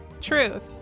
truth